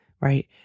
right